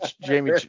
Jamie